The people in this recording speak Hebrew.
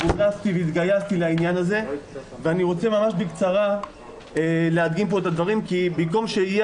אני רוצה ממש בקצרה להסביר: במקום שיהיה